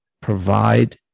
provide